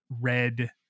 red